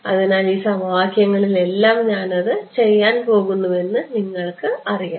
അതിനാൽ ഈ സമവാക്യങ്ങളിലെല്ലാം ഞാൻ അത് ചെയ്യാൻ പോകുന്നുവെന്ന് നിങ്ങൾക്കറിയാം